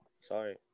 Sorry